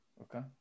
okay